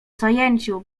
zajęciu